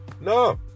no